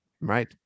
Right